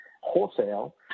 wholesale